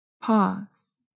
Pause